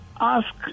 Ask